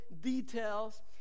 details